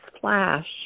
flash